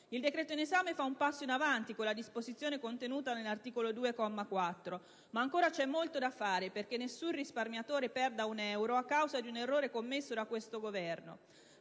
II decreto in esame fa un passo in avanti con la disposizione contenuta all'articolo 2, comma 4, ma ancora c'è molto da fare perché nessun risparmiatore perda un euro a causa di un errore commesso da questo Governo.